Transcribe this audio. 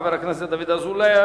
חבר הכנסת דוד אזולאי.